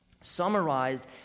summarized